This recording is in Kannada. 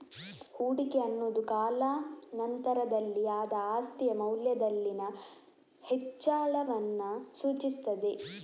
ಹೂಡಿಕೆ ಅನ್ನುದು ಕಾಲಾ ನಂತರದಲ್ಲಿ ಆದ ಆಸ್ತಿಯ ಮೌಲ್ಯದಲ್ಲಿನ ಹೆಚ್ಚಳವನ್ನ ಸೂಚಿಸ್ತದೆ